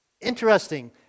interesting